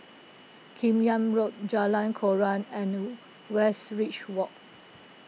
Kim Yam Road Jalan Koran and Westridge Walk